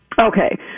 Okay